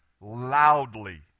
loudly